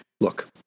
Look